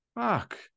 Fuck